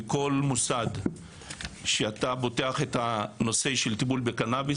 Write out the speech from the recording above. בכל מוסד שאתה פותח את הנושא של הטיפול בקנביס,